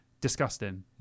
Disgusting